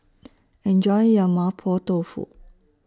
Enjoy your Mapo Tofu